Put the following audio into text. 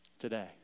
today